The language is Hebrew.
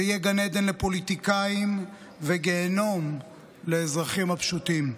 זה יהיה גן עדן לפוליטיקאים וגיהינום לאזרחים הפשוטים,